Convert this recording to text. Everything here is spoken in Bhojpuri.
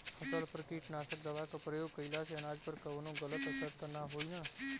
फसल पर कीटनाशक दवा क प्रयोग कइला से अनाज पर कवनो गलत असर त ना होई न?